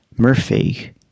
Murphy